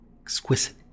exquisite